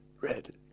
Red